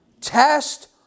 Test